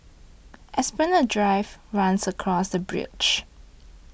Esplanade Drive runs across the bridge